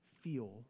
feel